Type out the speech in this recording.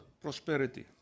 prosperity